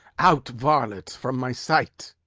out, varlet, from my sight!